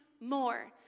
more